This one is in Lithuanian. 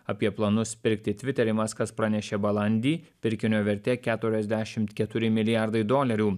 apie planus pirkti tviterį muskas pranešė balandį pirkinio vertė keturiasdešimt keturi milijardai dolerių